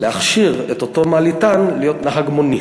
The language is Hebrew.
להכשיר את אותו מעליתן להיות נהג מונית.